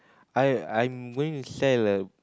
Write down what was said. I I'm going to sell a